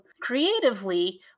creatively